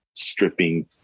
stripping